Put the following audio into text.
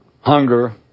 hunger